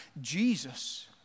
Jesus